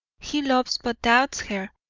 he loves but doubts her,